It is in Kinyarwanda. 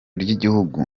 ry’igihugu